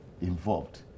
involved